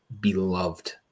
beloved